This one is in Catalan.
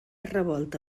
revolta